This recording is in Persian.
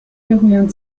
بگویند